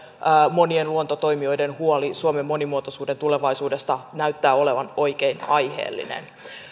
monien luontotoimijoiden huoli suomen monimuotoisuuden tulevaisuudesta näyttää olevan oikein aiheellinen